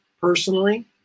personally